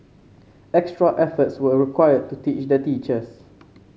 extra efforts were required to teach the teachers